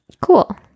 Cool